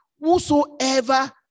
whosoever